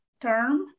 term